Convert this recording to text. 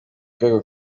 rwego